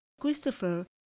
Christopher